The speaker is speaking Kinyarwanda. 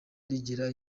rigira